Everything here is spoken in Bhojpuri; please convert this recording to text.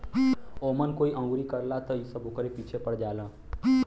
ओमन कोई अंगुरी करला त इ सब ओकरे पीछे पड़ जालन